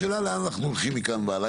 השאלה לאן אנחנו הולכים מכאן והלאה.